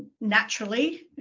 naturally